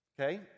okay